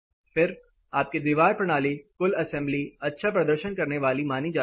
फिर आपकी दीवार प्रणाली कुल असेंबली अच्छा प्रदर्शन करने वाली मानी जाती है